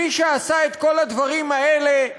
מי שעשה את כל הדברים האלה,